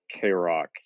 K-Rock